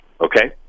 Okay